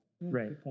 right